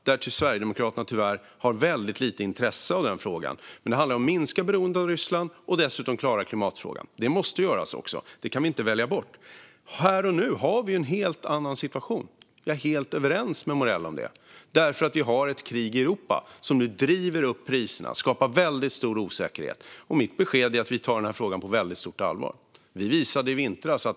Tyvärr har Sverigedemokraterna väldigt lite intresse av den frågan, men det handlar om att minska beroendet av Ryssland och dessutom klara klimatfrågan. Det måste göras. Det kan vi inte välja bort. Här och nu har vi en helt annan situation. Jag är helt överens med Morell om det. Vi har ett krig i Europa som nu driver upp priserna och skapar väldigt stor osäkerhet. Mitt besked är att vi tar den här frågan på väldigt stort allvar. Det visade vi i vintras.